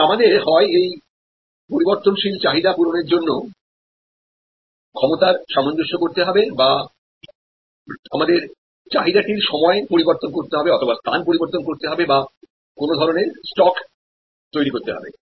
এবং আমাদের হয় এই পরিবর্তনশীল চাহিদা পূরণের জন্য ক্ষমতার সামঞ্জস্য করতে হবে বা আমাদের চাহিদা টির সময় পরিবর্তন করতে হবে অথবা স্থান পরিবর্তন করতে হবে বা কোন ধরনের স্টক তৈরি করতে হবে